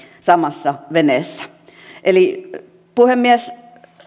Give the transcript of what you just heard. samassa veneessä puhemies